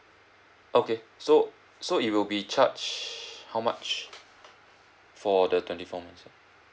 okay so so it will be charge how much for the twenty four month